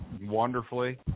wonderfully